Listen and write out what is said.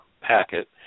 packet